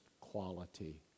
quality